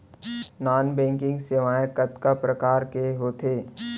non banking सेवाएं कतका प्रकार के होथे